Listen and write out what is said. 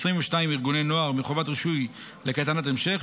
22 ארגוני נוער מחובת רישוי לקייטנת המשך,